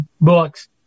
books